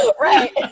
Right